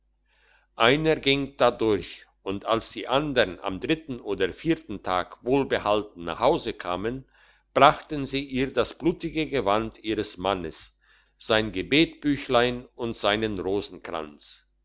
einer ging da durch und als die andern am dritten oder vierten tag wohlbehalten nach hause kamen brachten sie ihr das blutige gewand ihres mannes sein gebetbüchlein und seinen rosenkranz